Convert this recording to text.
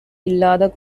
இல்லாத